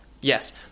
Yes